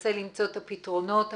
שמנסה למצוא את הפתרונות המשפטיים,